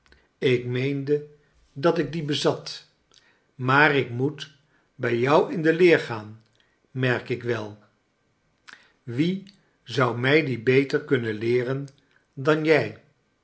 ik meende dat ik die bezat maar ik moet bij jou in de leer gaan merk ik wel wie zou mij die beter kunnen leeren dan jij